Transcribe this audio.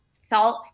Salt